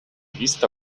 vista